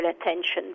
attention